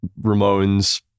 Ramones